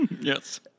Yes